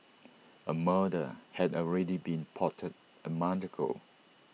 A murder had already been plotted A month ago